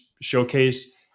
showcase